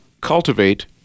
cultivate